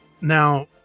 Now